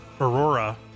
Aurora